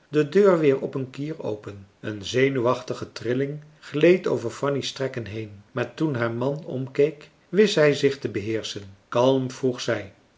de deur weer op een kier open een zenuwachtige trilling gleed over fanny's trekken heen maar toen haar man omkeek wist zij zich te beheerschen kalm vroeg zij